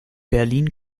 berlin